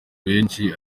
benshi